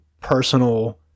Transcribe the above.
personal